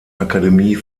akademie